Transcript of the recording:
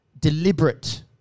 deliberate